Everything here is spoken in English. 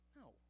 No